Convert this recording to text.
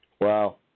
Wow